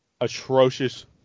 atrocious